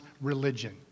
religion